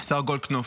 השר גולדקנופ?